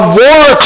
war